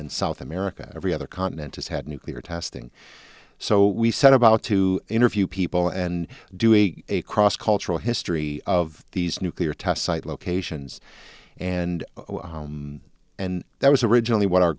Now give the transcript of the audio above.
and south america every other continent has had nuclear testing so we set about to interview people and do a cross cultural history of these nuclear test site locations and and that was originally what our